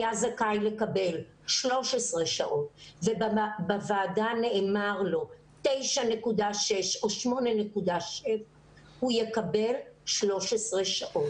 זכאי לקבל 13 שעות ובוועדה נאמר לו 9.6 או 8.6 הוא יקבל 13 שעות.